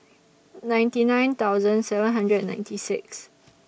ninety nine thousand seven hundred and ninety six